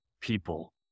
people